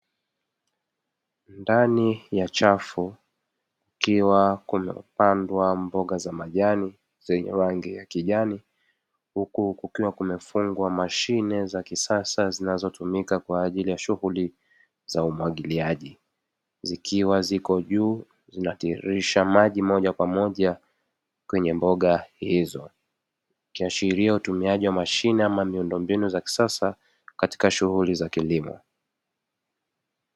Ndani ya chafu ikiwa kumepandwa mboga za majani zenye rangi ya kijani. Huku kukiwa kumefungwa mashine za kisasa zinazotumika kwa ajili ya shughuli za umwagiliaji. Zikiwa ziko juu zinatiririsha maji moja kwa moja kwenye mboga hizo. Ikia... Ikionyesha utumiaji wa mashine ama miundombinu ya kisasa katika shughuli za kilimo.